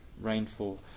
rainfall